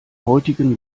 heutigen